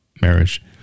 marriage